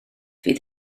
fydd